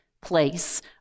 place